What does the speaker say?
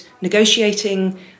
negotiating